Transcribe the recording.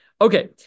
Okay